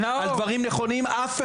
את מדברת על גני ילדים מגיל שלוש?